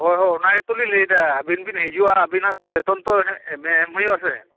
ᱦᱳᱭ ᱦᱳᱭ ᱚᱱᱟ ᱜᱮᱛᱚᱞᱤᱧ ᱞᱟᱹᱭᱮᱫᱟ ᱟᱹᱵᱤᱱ ᱵᱤᱱ ᱦᱤᱡᱩᱼᱟ ᱟᱹᱵᱤᱱᱟᱜ ᱛᱚ ᱵᱮᱛᱚᱱ ᱛᱚ ᱮᱢ ᱦᱩᱭᱩ ᱟᱥᱮ